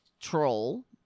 troll